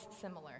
similar